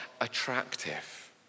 attractive